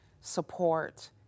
support